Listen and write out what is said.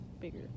bigger